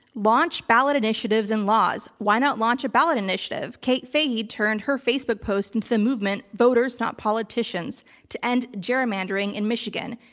launch ballot initiatives and laws. why not launch a ballot initiative? kate faghe turned her facebook post into the movement voters not politicians to end gerrymandering in michigan.